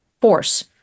force